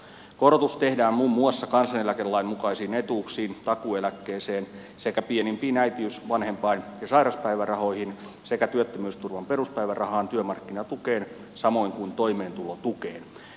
korotus tehdään muun muassa kansaneläkelain mukaisiin etuuksiin takuueläkkeeseen sekä pienimpiin äitiys vanhempain ja sairauspäivärahoihin sekä työttömyysturvan peruspäivärahaan työmarkkinatukeen samoin kuin toimeentulotukeen